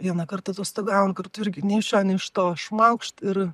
vieną kartą atostogavam kartu irgi nei iš šio nei iš to šmaukšt ir